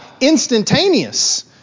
instantaneous